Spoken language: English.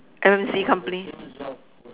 currency company